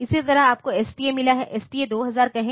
इसी तरह आपको STA मिला है STA 2000 कहें